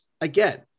again